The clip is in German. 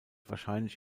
wahrscheinlich